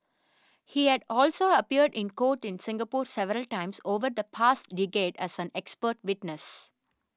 he had also appeared in court in Singapore several times over the past decade as an expert witness